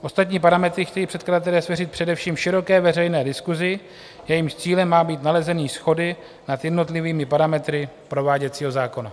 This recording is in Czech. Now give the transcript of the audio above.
Ostatní parametry chtějí předkladatelé svěřit především široké veřejné diskusi, jejímž cílem má být nalezení shody nad jednotlivými parametry prováděcího zákona.